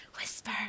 whisper